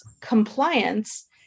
compliance